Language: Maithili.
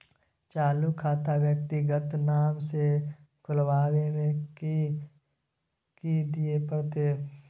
चालू खाता व्यक्तिगत नाम से खुलवाबै में कि की दिये परतै?